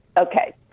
okay